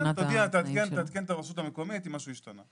תעדכן את הרשות המקומית אם משהו השתנה.